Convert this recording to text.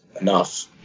enough